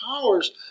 powers